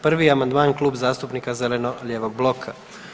Prvi je amandman Klub zastupnika Zeleno-lijevog bloka.